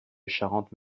charente